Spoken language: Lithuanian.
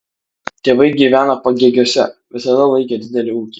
tėvai gyvena pagėgiuose visada laikė didelį ūkį